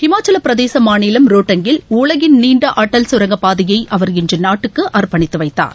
இமாச்சலப் பிரதேச மாநிலம் ரோட்டங்கில் உலகின் நீண்ட அடல் கரங்கப் பாதையை அவர் இன்று நாட்டுக்கு அர்ப்பணித்து வைத்தார்